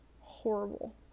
horrible